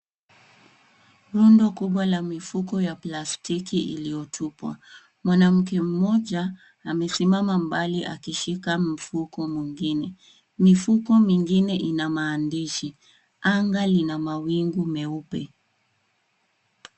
Rundo kubwa la mifuko ya plastiki iliyotupwa. Mwanamke mmoja amesimama mbali akishika mfuko mwingine. Mifuko mingine ina maandishi. Anga lina mawingu meupe.